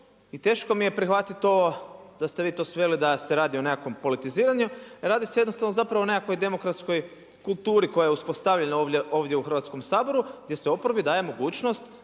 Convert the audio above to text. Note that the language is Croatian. I teško mi je prihvatiti to da ste vi to sveli da se radi o nekakvom politiziranju, a radi se o nekakvoj demokratskoj kulturi koja je uspostavljena ovdje u Hrvatskom saboru, gdje se oporbi daje mogućnost